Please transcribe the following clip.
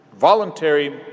voluntary